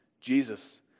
Jesus